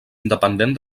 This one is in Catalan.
independent